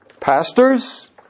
pastors